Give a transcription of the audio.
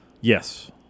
Yes